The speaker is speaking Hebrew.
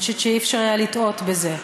אני חושבת שאי-אפשר היה לטעות בזה.